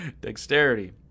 Dexterity